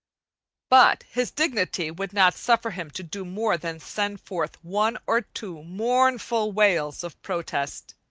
but his dignity would not suffer him to do more than send forth one or two mournful wails of protest.